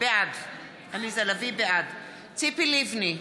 בעד ציפי לבני,